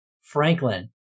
Franklin